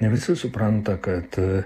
ne visi supranta kad